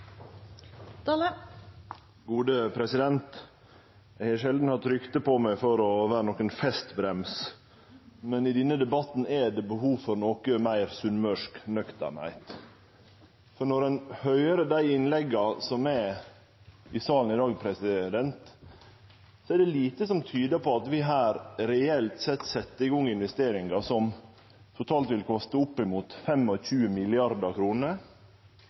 Eg har sjeldan hatt rykte på meg for å vere festbrems, men i denne debatten er det behov for noko meir sunnmørsk nøkternheit. For når ein høyrer innlegga i salen i dag, er det lite som tyder på at vi her reelt sett set i gang investeringar som totalt vil koste opp